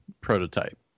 prototype